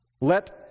Let